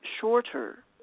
shorter